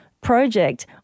Project